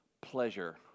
pleasure